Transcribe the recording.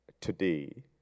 today